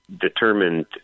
determined